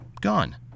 Gone